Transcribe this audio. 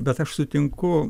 bet aš sutinku